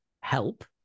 help